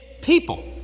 people